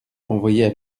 envoyer